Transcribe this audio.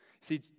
See